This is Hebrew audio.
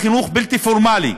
לחינוך בלתי פורמלי,